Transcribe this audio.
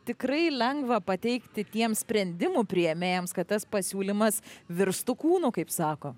tikrai lengva pateikti tiems sprendimų priėmėjams kad tas pasiūlymas virstų kūnu kaip sako